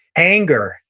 anger,